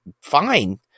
fine